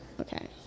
Okay